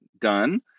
done